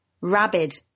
rabid